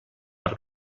per